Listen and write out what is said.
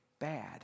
bad